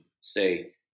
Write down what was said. say